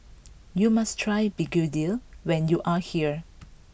you must try Begedil when you are here